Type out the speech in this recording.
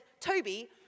Toby